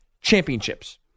Championships